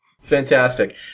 Fantastic